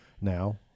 now